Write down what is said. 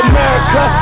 America